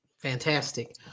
Fantastic